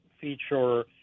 feature